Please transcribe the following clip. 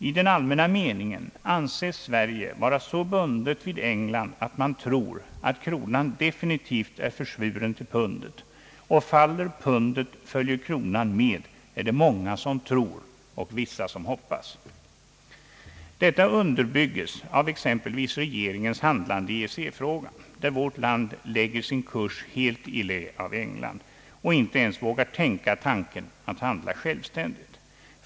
I den allmänna meningen anses Sverige vara så bundet vid England att man tror att kronan definitivt är försvuren till pundet. Faller pundet följer kronan med, så är det många som tror och andra som hoppas. Detta underbygges av exempelvis regeringens handlande i EEC-frågan där vårt land lägger sin kurs helt i lä av England och inte ens vågar tänka tanken att handla självständigt.